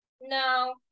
No